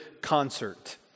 concert